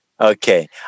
Okay